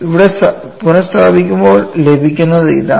ഇവിടെ പുനസ്ഥാപിക്കുമ്പോൾ ലഭിക്കുന്നത് ഇതാണ്